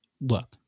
Look